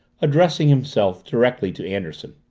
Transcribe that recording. addressing himself directly to anderson.